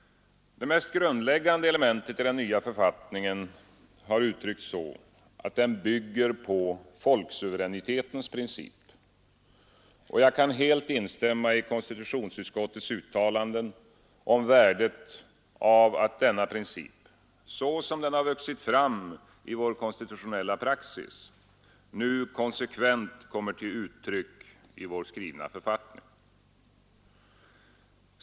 Det mest grundläggande elementet i den nya författningen har uttryckts så, att den bygger på folksuveränitetens princip. Jag kan helt instämma i konstitutionsutskottets uttalanden om värdet av att denna princip, sådan den vuxit fram i vår konstitutionella praxis, nu konsekvent kommer till uttryck i vår skrivna författning.